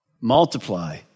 Multiply